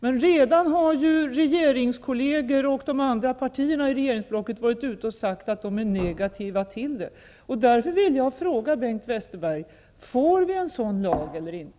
Men redan har regeringskolleger och de andra partierna i regeringsblocket sagt att de är negativa till det.